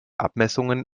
abmessungen